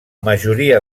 majoria